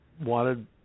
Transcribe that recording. wanted